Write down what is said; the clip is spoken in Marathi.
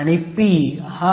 1 ND आहे